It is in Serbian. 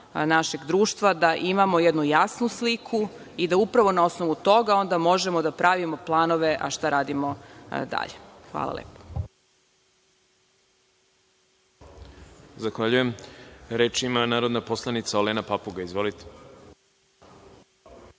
našeg društva da imamo jednu jasnu sliku i da upravo na osnovu toga onda možemo da pravimo planove šta radimo dalje. Hvala lepo. **Veroljub Arsić** Zahvaljujem. Reč ima narodna poslanica Olena Papuga. Izvolite.